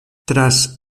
tras